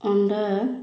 ଅଣ୍ଡା